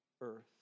earth